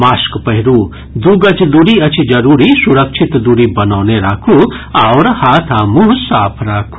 mask पहिरू दू गज दूरी अछि जरूरी सुरक्षित दूरी बनौने राखू आओर हाथ आ मुंह साफ राखू